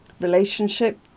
relationship